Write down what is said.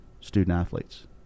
student-athletes